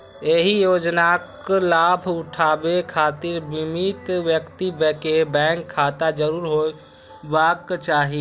एहि योजनाक लाभ उठाबै खातिर बीमित व्यक्ति कें बैंक खाता जरूर होयबाक चाही